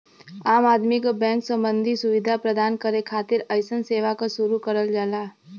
आम आदमी क बैंक सम्बन्धी सुविधा प्रदान करे खातिर अइसन सेवा क शुरू करल जाला